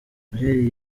noheli